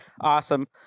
awesome